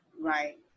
Right